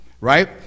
Right